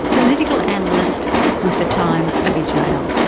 political analyst with the times of israel.